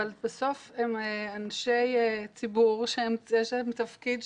אבל בסוף הם אנשי ציבור שיש להם תפקיד,